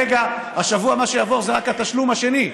השבוע מה שיעבור זה רק התשלום השני.